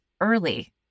early